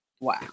Wow